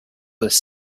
with